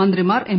മന്ത്രിമാർ എം